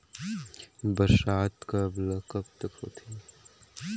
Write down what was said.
बरसात कब ल कब तक होथे?